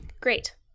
Great